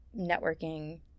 networking